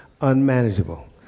unmanageable